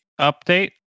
update